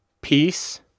peace